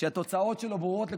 שהתוצאות שלו ברורות לכולנו.